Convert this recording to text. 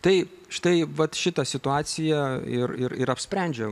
tai štai vat šitą situaciją ir ir apsprendžia